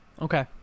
okay